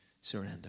surrender